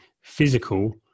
physical